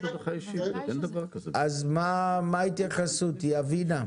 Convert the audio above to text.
אז מה ההתייחסות, יבינה?